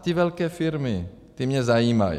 Ty velké firmy, ty mě zajímají.